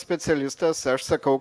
specialistas aš sakau